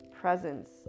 presence